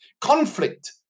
Conflict